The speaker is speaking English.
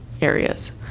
areas